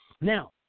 Now